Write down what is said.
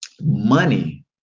money